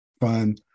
fun